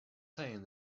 saying